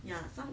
ya some